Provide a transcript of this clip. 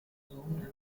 personen